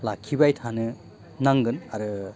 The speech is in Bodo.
लाखिबाय थानो नांगोन आरो